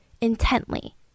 intently